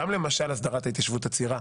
גם למשל הסדרת ההתיישבות הצעירה,